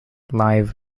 live